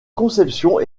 conception